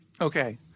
Okay